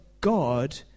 God